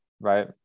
right